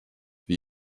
wie